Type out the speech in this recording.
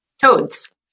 toads